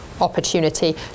opportunity